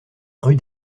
rue